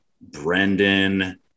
Brendan